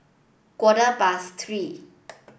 quarter past three